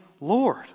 Lord